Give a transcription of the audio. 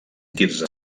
quirze